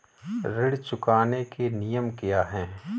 ऋण चुकाने के नियम क्या हैं?